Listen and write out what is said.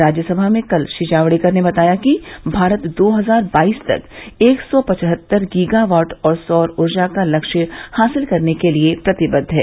राज्यसभा में कल श्री जावडेकर ने बताया कि भारत दो हजार बाईस तक एक सौ पचहत्तर गीगावाट सौर ऊर्जा का लक्ष्य हासिल करने के लिए प्रतिबद्ध है